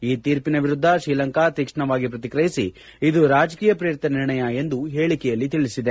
ಈ ತೀರ್ಪಿನ ವಿರುದ್ದ ಶ್ರೀಲಂಕಾ ತೀಕ್ಷ್ಣವಾಗಿ ಪ್ರತಿಕ್ರಿಯಿಸಿ ಇದು ರಾಜಕೀಯ ಶ್ರೇರಿತ ನಿರ್ಣಯ ಎಂದು ಹೇಳಿಕೆಯಲ್ಲಿ ತಿಳಿಸಿದೆ